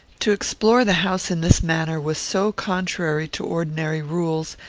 to explore the house in this manner was so contrary to ordinary rules,